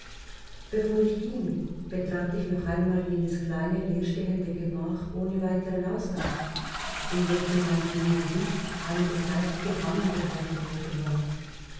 bevor ich ging betrat ich noch einmal jenes kleine leerstehende gemach ohne weiteren ausgang in welchem mein diener und ich einige zeit gefangen gehalten worden war